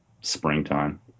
springtime